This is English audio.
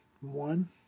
One